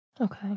Okay